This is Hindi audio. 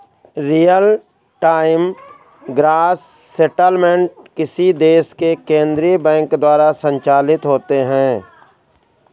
रियल टाइम ग्रॉस सेटलमेंट किसी देश के केन्द्रीय बैंक द्वारा संचालित होते हैं